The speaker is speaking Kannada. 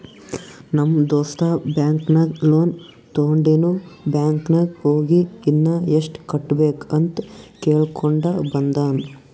ನಮ್ ದೋಸ್ತ ಬ್ಯಾಂಕ್ ನಾಗ್ ಲೋನ್ ತೊಂಡಿನು ಬ್ಯಾಂಕ್ ನಾಗ್ ಹೋಗಿ ಇನ್ನಾ ಎಸ್ಟ್ ಕಟ್ಟಬೇಕ್ ಅಂತ್ ಕೇಳ್ಕೊಂಡ ಬಂದಾನ್